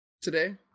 today